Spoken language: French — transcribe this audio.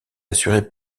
assurée